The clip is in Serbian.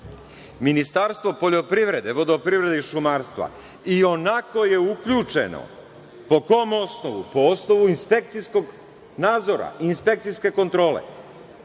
Ministarstvo poljoprivrede, vodoprivrede i šumarstva ionako je uključeno. Po kom osnovu? Po osnovu inspekcijskog nadzora i inspekcijske